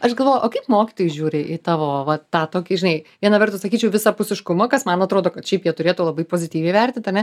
aš galvoju o kaip mokytojai žiūri į tavo va tą tokį žinai viena vertus sakyčiau visapusiškumą kas man atrodo kad šiaip jie turėtų labai pozityviai vertint ane